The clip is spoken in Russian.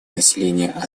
населения